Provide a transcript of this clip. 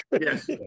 yes